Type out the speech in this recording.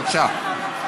בבקשה.